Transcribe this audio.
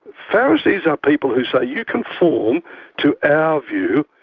pharisees are people who say you conform to our view,